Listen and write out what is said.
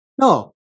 No